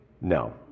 No